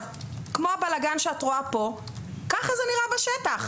כמו הבלגן שאת רואה פה, כך זה נראה בשטח.